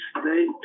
state